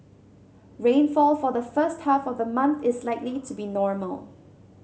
rainfall for the first half of the month is likely to be normal